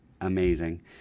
amazing